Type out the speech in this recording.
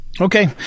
Okay